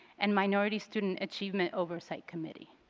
and minority student achievement oversight committee.